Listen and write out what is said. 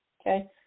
Okay